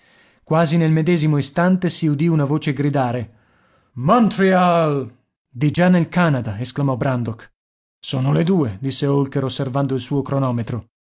quasi nel medesimo istante si udì una voce gridare montreal di già nel canada esclamò brandok sono le due disse holker osservando il suo cronometro